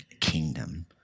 kingdom